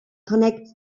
connects